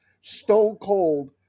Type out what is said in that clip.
stone-cold